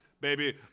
baby